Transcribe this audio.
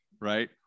right